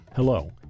Hello